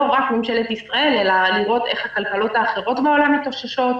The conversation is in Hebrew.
רק ממשלת ישראל אלא לראות איך הכלכלות האחרות בעולם מתאוששות,